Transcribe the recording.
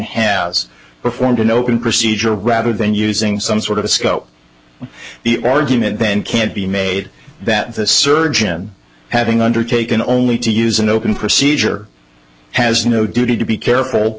has performed an open procedure rather than using some sort of a skull the argument then can't be made that the surgeon having undertaken only to use an open seizure has no duty to be careful